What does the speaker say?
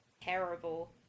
terrible